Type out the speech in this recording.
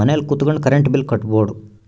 ಮನೆಲ್ ಕುತ್ಕೊಂಡ್ current bill ಕಟ್ಬೊಡು